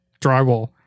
drywall